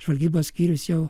žvalgybos skyrius jau